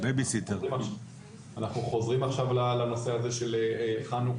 אנחנו חוזרים עכשיו לנושא הזה של חנוכה,